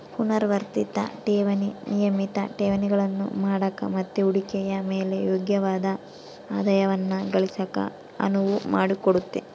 ಪುನರಾವರ್ತಿತ ಠೇವಣಿ ನಿಯಮಿತ ಠೇವಣಿಗಳನ್ನು ಮಾಡಕ ಮತ್ತೆ ಹೂಡಿಕೆಯ ಮೇಲೆ ಯೋಗ್ಯವಾದ ಆದಾಯವನ್ನ ಗಳಿಸಕ ಅನುವು ಮಾಡಿಕೊಡುತ್ತೆ